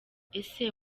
ese